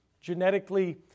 genetically